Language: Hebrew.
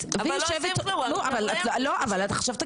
בכנסת אמרה לך: